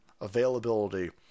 availability